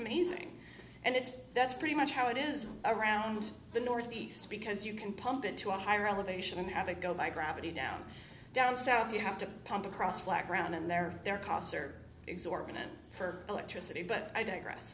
amazing and it's that's pretty much how it is around the northeast because you can pump it to a higher elevation and have it go by gravity down down south you have to pump across flat ground and there their costs are exorbitant for electricity but i digress